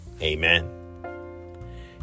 Amen